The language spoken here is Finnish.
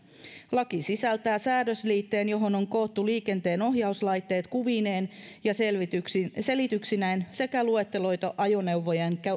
laki sisältää säädösliitteen johon on koottu liikenteen ohjauslaitteet kuvineen ja selityksineen selityksineen sekä luetteloitu ajoneuvojen